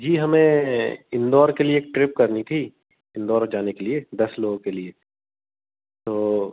जी हमें इंदौर के लिए एक ट्रिप करनी थी इंदौर जाने के लिए दस लोगों के लिए तो